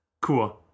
Cool